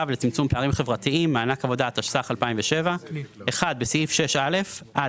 ולצמצום פערים חברתיים )מענק עבודה( 1. בחוק